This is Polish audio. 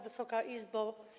Wysoka Izbo!